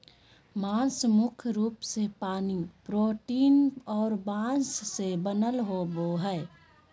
मांस मुख्य रूप से पानी, प्रोटीन और वसा से बनल होबो हइ